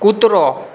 કૂતરો